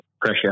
pressure